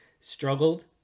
struggled